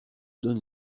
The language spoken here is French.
donne